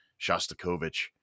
Shostakovich